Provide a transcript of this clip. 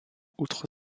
outre